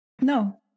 No